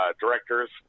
directors